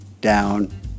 down